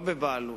לא בבעלות.